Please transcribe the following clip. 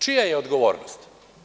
Čija je odgovornost?